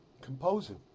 composing